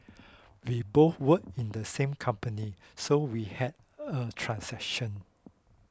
we both work in the same company so we had a transaction